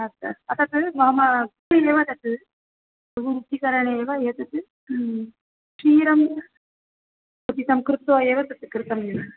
अस्तु अस्तु अतः मम तत् बहु रुचिकरम् एव एतत् क्षीरं क्वथितं कृत्वा एव तस्य कृतं